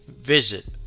visit